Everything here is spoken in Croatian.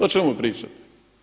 O čemu pričate?